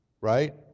right